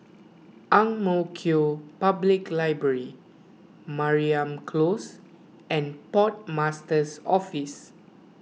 Ang Mo Kio Public Library Mariam Close and Port Master's Office